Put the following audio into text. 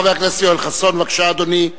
חבר הכנסת יואל חסון, בבקשה, אדוני.